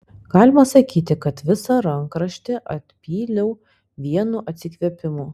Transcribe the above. galima sakyti kad visą rankraštį atpyliau vienu atsikvėpimu